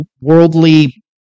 worldly